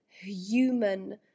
human